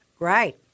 Right